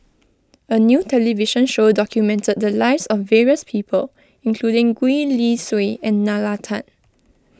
a new television show documented the lives of various people including Gwee Li Sui and Nalla Tan